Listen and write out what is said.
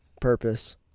purpose